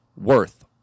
worth